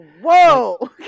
Whoa